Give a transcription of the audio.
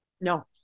no